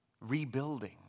rebuilding